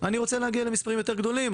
אני רוצה להגיע למספרים יותר גדולים,